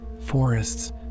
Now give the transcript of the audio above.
forests